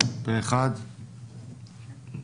הצבעה בעד, פה אחד התקנות אושרו פה אחד.